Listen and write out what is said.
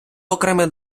окремий